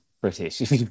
British